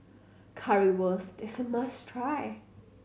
currywurst is must try